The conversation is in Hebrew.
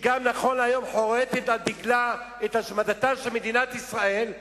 שנכון להיום היא גם חורתת על דגלה את השמדתה של מדינת ישראל,